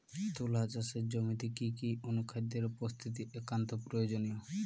তুলা চাষের জমিতে কি কি অনুখাদ্যের উপস্থিতি একান্ত প্রয়োজনীয়?